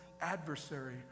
adversary